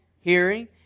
hearing